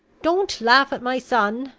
don't laugh at my son,